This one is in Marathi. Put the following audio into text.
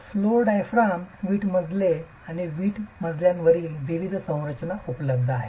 फ्लोर डायाफ्राम वीट मजले वीट मजल्यावरील विविध संरचना उपलब्ध आहेत